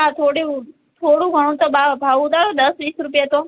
આ થોડું થોડુંક ઘણું તો ભાવ ઉતારો દસ વીસ રૂપિયા તો